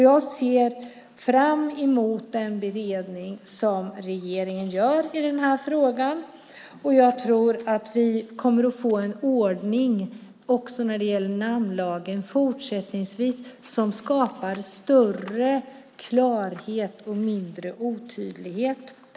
Jag ser fram emot den beredning som regeringen gör i den här frågan. Och jag tror att vi fortsättningsvis kommer att få en ordning också när det gäller namnlagen som skapar större klarhet och mindre otydlighet.